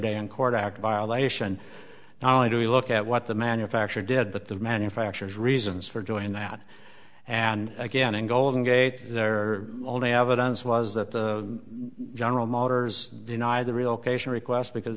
day in court act violation not only do we look at what the manufacturer did but the manufacturers reasons for doing that and again in golden gate their own evidence was that the general motors deny the relocation request because